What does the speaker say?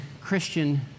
Christian